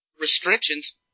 restrictions